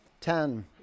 Ten